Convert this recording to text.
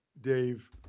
Dave